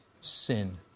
sin